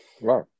wow